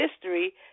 history